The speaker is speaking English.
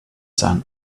sun